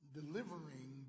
delivering